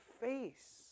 face